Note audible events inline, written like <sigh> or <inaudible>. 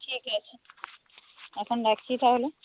ঠিক আছে <unintelligible> এখন রাখছি তাহলে